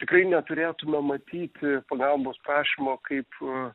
tikrai neturėtume matyti pagalbos prašymo kaip